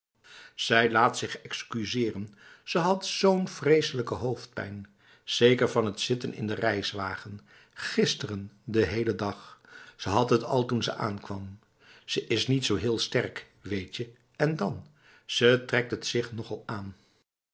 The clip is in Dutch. zij laat zich excuseren ze had zo'n vreselijke hoofdpijn zeker van het zitten in de reiswagen gisteren de hele dag ze had het al toen ze aankwam ze is niet zo heel sterk weetje en dan ze trekt het zich nogal aan